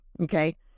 okay